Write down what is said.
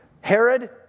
Herod